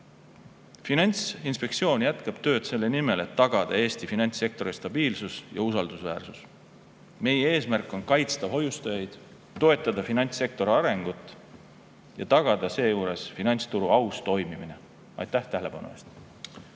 Finantsinspektsioon jätkab tööd selle nimel, et tagada Eesti finantssektori stabiilsus ja usaldusväärsus. Meie eesmärk on kaitsta hoiustajaid, toetada finantssektori arengut ja tagada seejuures finantsturu aus toimimine. Aitäh tähelepanu eest!